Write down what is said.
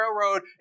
Railroad